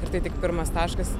ir tai tik pirmas taškas